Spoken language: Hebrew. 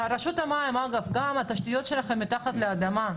רשות המים: גם התשתיות שלכם מתחת לאדמה,